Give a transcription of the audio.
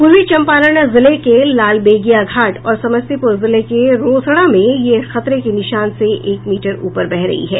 पूर्वी चंपारण जिले के लालबेगिया घाट और समस्तीपूर जिले के रोसड़ा में यह खतरे के निशान से एक मीटर ऊपर बह रही है